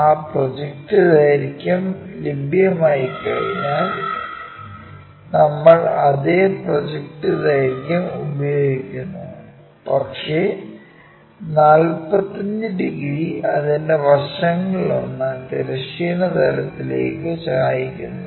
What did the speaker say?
ആ പ്രൊജക്റ്റ് ദൈർഘ്യം ലഭ്യമായുകഴിഞ്ഞാൽ നമ്മൾ അതേ പ്രൊജക്റ്റ് ദൈർഘ്യം ഉപയോഗിക്കുന്നു പക്ഷേ 45 ഡിഗ്രി അതിന്റെ വശങ്ങളിലൊന്ന് തിരശ്ചീന തലത്തിലേക്ക് ചായ്ക്കുന്നു